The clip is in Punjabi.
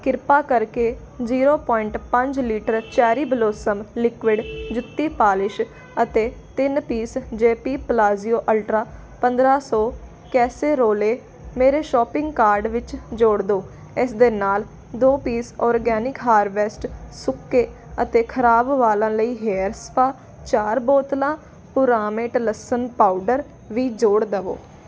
ਕਿਰਪਾ ਕਰਕੇ ਜ਼ੀਰੋ ਪੁਆਇੰਟ ਪੰਜ ਲੀਟਰ ਚੈਰੀ ਬਲੌਸਮ ਲਿਕੁਈਡ ਜੁੱਤੀ ਪੋਲਿਸ਼ ਅਤੇ ਤਿੰਨ ਪੀਸ ਜੇਪੀ ਪਲਾਜ਼ਿਓ ਅਲਟਰਾ ਪੰਦਰ੍ਹਾਂ ਸੌ ਕੈਸੇਰੋਲੇ ਮੇਰੇ ਸ਼ੋਪਿੰਗ ਕਾਰਟ ਵਿੱਚ ਜੋੜ ਦਿਉ ਇਸ ਦੇ ਨਾਲ ਦੋ ਪੀਸ ਔਰਗੈਨਿਕ ਹਾਰਵੈਸਟ ਸੁੱਕੇ ਅਤੇ ਖਰਾਬ ਵਾਲਾਂ ਲਈ ਹੇਅਰ ਸਪਾ ਚਾਰ ਬੋਤਲਾਂ ਪੁਰਾਮੇਟ ਲਸਣ ਪਾਊਡਰ ਵੀ ਜੋੜ ਦਵੋ